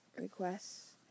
requests